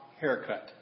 haircut